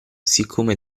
siccome